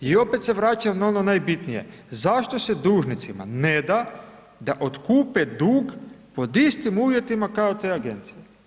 I opet se vraćam na ono najbitnije, zašto se dužnosnicima ne da da otkupe dug pod istim uvjetima kao te agencije?